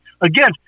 Again